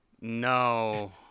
no